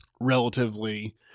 relatively